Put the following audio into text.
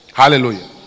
hallelujah